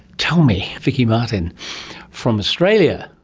tell me, vicki martin from australia,